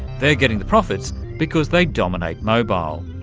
they're getting the profits because they dominate mobile,